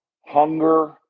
hunger